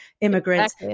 immigrants